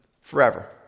forever